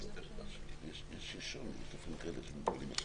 מגזרים וכולי,